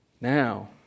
now